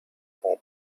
home